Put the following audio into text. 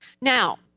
Now